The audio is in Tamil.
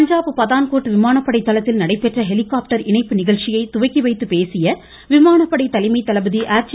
பஞ்சாப் பதான்கோட் விமானப்படை தளத்தில் நடைபெற்ற ஹெலிகாப்டர் இணைப்பு நிகழ்ச்சியை துவக்கி வைத்து பேசிய விமானப்படை தலைமை தளபதி ஏர்சீ